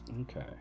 Okay